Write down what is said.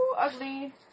ugly